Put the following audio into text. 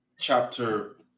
chapter